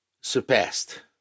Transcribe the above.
surpassed